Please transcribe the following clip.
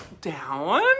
down